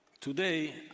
Today